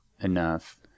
enough